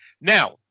Now